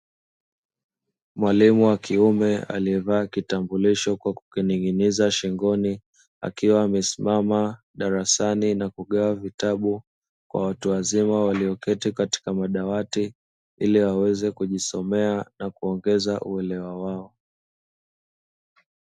Mwalimu wa kiume aliyevaa kitambulisho kwa kukining'iniza shingoni, akiwa amesimama darasani na kugawa vitabu kwa watu wazima walioketi katika madawati ili waweze kujisomea na kuongeza uelewa wao.